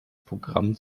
programm